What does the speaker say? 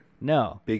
No